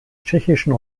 tschechischen